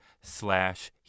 slash